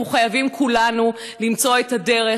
אנחנו חייבים כולנו למצוא את הדרך